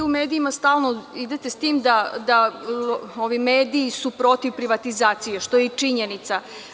Vi u medijima stalno idete s tim da su ovi mediji protiv privatizacije, što je i činjenica.